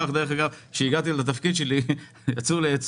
כשהגעתי לתפקיד שלי אמרו לי: